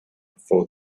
for